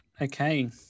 Okay